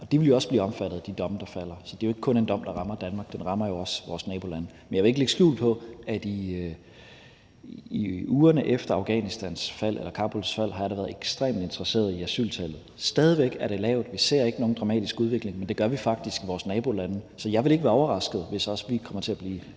Og de vil jo også blive omfattet af de domme, der falder. Så det er jo ikke kun en dom, der rammer Danmark; den rammer også vores nabolande. Men jeg vil ikke lægge skjul på, at i ugerne efter Afghanistans fald eller Kabuls fald har jeg da været ekstremt interesseret i asyltallet. Det er stadig væk lavt, og vi ser ikke nogen dramatisk udvikling. Men det gør vi faktisk i vores nabolande, så jeg vil ikke være overrasket, hvis også vi kommer til at blive